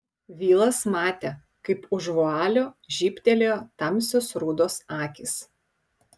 vilas matė kaip už vualio žybtelėjo tamsios rudos akys